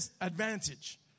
advantage